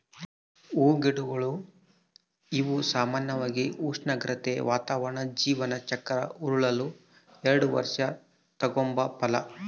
ಹೂಗಿಡಗಳು ಇವು ಸಾಮಾನ್ಯವಾಗಿ ಉಷ್ಣಾಗ್ರತೆ, ವಾತಾವರಣ ಜೀವನ ಚಕ್ರ ಉರುಳಲು ಎಲ್ಡು ವರ್ಷ ತಗಂಬೋ ಫಲ